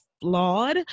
flawed